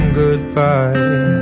goodbye